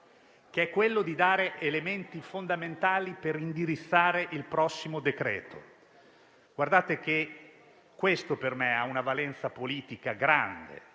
che è quello di dare elementi fondamentali per indirizzare il prossimo decreto. Questo per me ha una valenza politica grande,